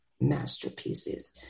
masterpieces